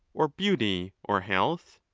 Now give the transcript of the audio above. or beauty, or health?